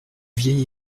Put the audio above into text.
vieil